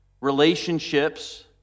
relationships